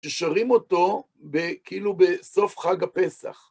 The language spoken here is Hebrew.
ששרים אותו ב... כאילו בסוף חג הפסח.